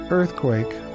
earthquake